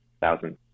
thousand